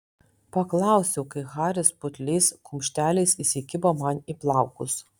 paklausiau kai haris putliais kumšteliais įsikibo man į plaukus